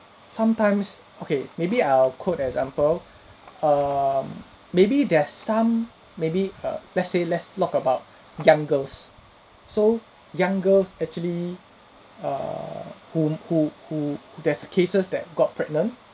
sometimes okay maybe I'll quote example um maybe there are some maybe err let's say let's lock about young girls so young girls actually err whom who who who there's cases that got pregnant